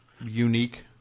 unique